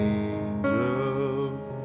angels